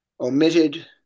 omitted